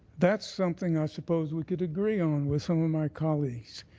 that's something i suppose we could agree on with some of my colleagues.